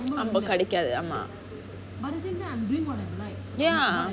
அவ்ளோ கெடைக்காது:avlo kedaikaathu ya